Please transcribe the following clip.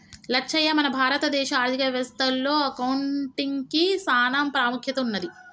లచ్చయ్య మన భారత దేశ ఆర్థిక వ్యవస్థ లో అకౌంటిగ్కి సాన పాముఖ్యత ఉన్నది